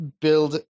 build